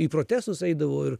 į protestus eidavo ir